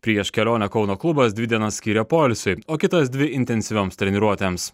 prieš kelionę kauno klubas dvi dienas skiria poilsiui o kitas dvi intensyvioms treniruotėms